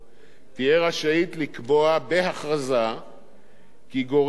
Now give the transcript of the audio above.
תהיה רשאית לקבוע בהכרזה כי גורם זר